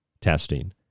testing